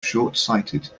shortsighted